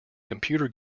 computer